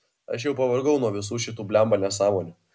aš jau pavargau nuo visų šitų blemba nesąmonių